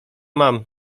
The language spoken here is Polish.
mam